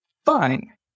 fine